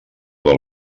del